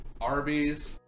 Arby's